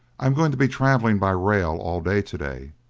i am going to be traveling by rail all day today.